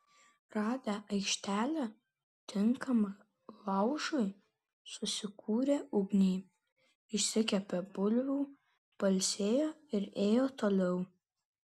radę aikštelę tinkamą laužui susikūrė ugnį išsikepė bulvių pailsėjo ir ėjo toliau